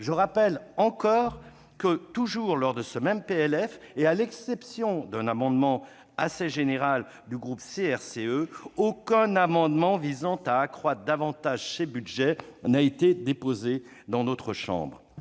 Je rappelle encore que, toujours lors de ce même projet de loi de finances, et à l'exception d'un amendement assez général du groupe CRCE, aucun amendement visant à accroître davantage ces budgets n'a été déposé dans notre chambre.